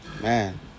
Man